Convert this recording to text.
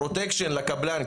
פרוטקשן לקבלן,